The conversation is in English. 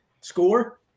score